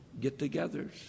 get-togethers